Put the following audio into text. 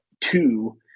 two